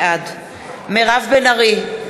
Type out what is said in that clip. בעד מירב בן ארי,